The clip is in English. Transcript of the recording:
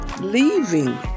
leaving